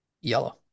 Yellow